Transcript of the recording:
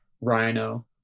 Rhino